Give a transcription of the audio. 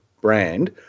brand